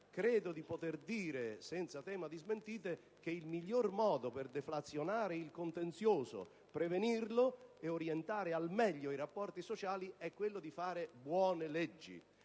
Credo di poter dire, senza tema di smentite, che il miglior modo per deflazionare il contenzioso, prevenirlo e orientare al meglio i rapporti sociali è quello di fare buone leggi